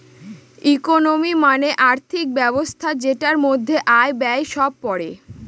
economy মানে আর্থিক ব্যবস্থা যেটার মধ্যে আয়, ব্যয় সব পড়ে